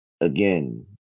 Again